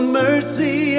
mercy